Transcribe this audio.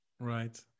right